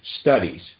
Studies